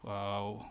!wow!